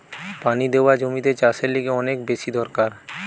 পানি দেওয়া জমিতে চাষের লিগে অনেক বেশি দরকার